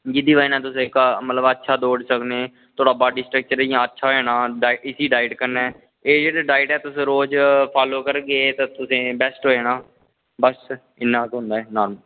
जेह्दी बजह कन्नै मतलब तुस अच्छा बोल्ली सकने थोह्ड़ा बॉडी स्ट्रक्चर थोह्ड़ा अच्छा होई जाना इस डाईट कन्नै एह् जेह्ड़ी डाईट ऐ तुस रोज़ फॉलो करगे ते तुसें बेस्ट होई जाना बस इन्ना गै होंदा ऐ